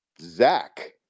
Zach